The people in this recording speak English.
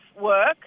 work